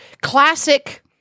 classic